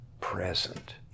present